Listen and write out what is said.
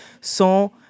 sont